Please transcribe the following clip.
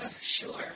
sure